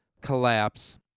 collapse